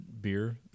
beer